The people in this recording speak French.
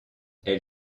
elle